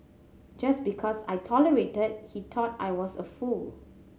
just because I tolerated he thought I was a fool